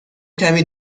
کمی